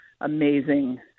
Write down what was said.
amazing